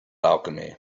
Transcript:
alchemy